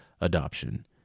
Adoption